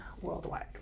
worldwide